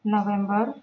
November